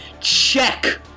check